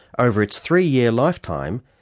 over its three-year lifetime,